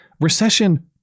Recession